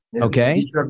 okay